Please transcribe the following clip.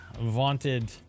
vaunted